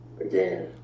again